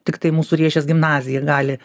tiktai mūsų riešės gimnazija gali